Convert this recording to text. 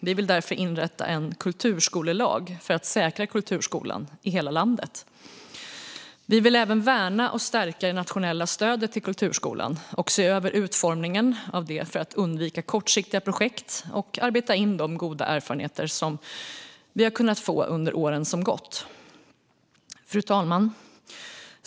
Vi vill därför inrätta en kulturskolelag för att säkra kulturskolan i hela landet. Vi vill även värna och stärka det nationella stödet till kulturskolan och se över utformningen av det för att undvika kortsiktiga projekt och arbeta in de goda erfarenheter som vi kunnat få under åren som gått. Fru talman!